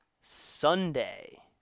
Sunday